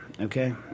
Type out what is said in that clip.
Okay